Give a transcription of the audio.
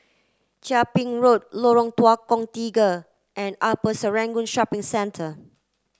Chia Ping Road Lorong Tukang Tiga and Upper Serangoon Shopping Centre